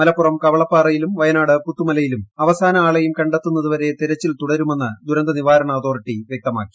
മലപ്പുറം കവളപ്പാറയിലും വയനാട് പുത്തുമലയിലും അവസാന ആളെയും കണ്ടെത്തുന്നതുവരെ തെരച്ചിൽ തുടരുമെന്ന് ദുരന്ത നിവാരണ അതോറിറ്റി വ്യക്തമാക്കി